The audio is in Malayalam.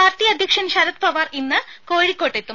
പാർട്ടി അധ്യക്ഷൻ ശരത് പവാർ ഇന്ന് കോഴിക്കോട്ടെത്തും